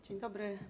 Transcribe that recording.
Dzień dobry.